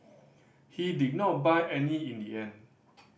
he did not buy any in the end